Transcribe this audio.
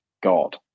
God